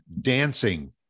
dancing